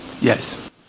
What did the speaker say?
yes